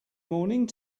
morning